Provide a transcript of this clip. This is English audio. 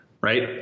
right